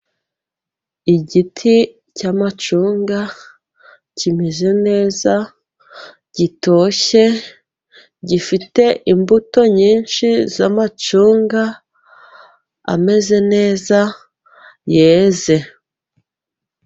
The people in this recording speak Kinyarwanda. Igiti cy'amacunga kimeze neza gitoshye, gifite imbuto nyinshi z'amacunga ameze neza, yeze.